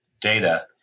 data